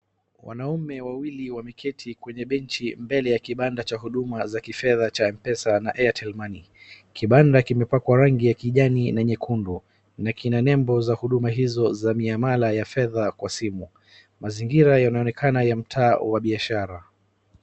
Wanaume wawili wameketi kwenye benchi mbele ya kibanda cha huduma za kifedha cha Mpesa na Airtel Money .Kibanda kimepakwa rangi ya kijani na nyekundu na kina lebel za huduma hizo za ziamara ya fedha kwa simu. Mazingira yanaoneka ya mtaa wa biashara.